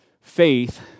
faith